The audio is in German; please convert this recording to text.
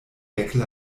deckel